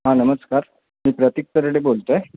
हां नमस्कार मी प्रतीक तरडे बोलतो आहे